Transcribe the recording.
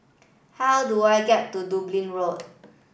how do I get to Dublin Road